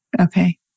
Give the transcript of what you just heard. Okay